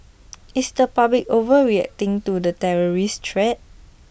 is the public overreacting to the terrorist threat